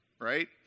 right